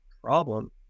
problem